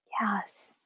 Yes